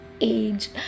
age